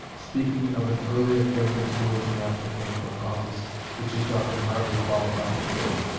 speaking of an early acquaintance who was an applicant for an office which he thought him hardly qualified to fill,